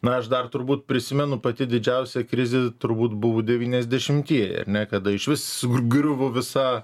na aš dar turbūt prisimenu pati didžiausia krizė turbūt buvo devyniasdešimtieji ar ne kada išvis sugriuvo visa